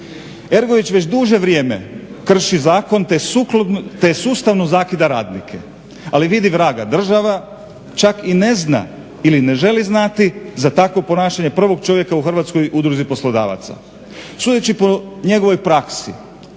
Ergović već duže vrijeme krši zakon te sustavno zakida radnike, ali vidi vraga država čak i ne zna ili ne želi znati za takvo ponašanje prvog čovjeka u Hrvatskoj udruzi poslodavaca. Sudeći po njegovoj praksi